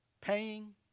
Paying